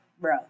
bro